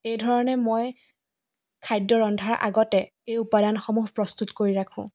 এইধৰণে মই খাদ্য ৰন্ধাৰ আগতে এই উপাদানসমূহ প্ৰস্তুত কৰি ৰাখোঁ